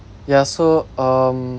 ya so um